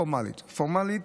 פורמלית,